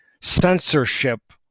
Censorship